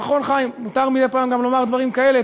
נכון, חיים, מותר מדי פעם גם לומר דברים כאלה?